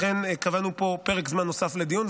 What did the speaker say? לכן קבענו פה פרק זמן נוסף לדיון,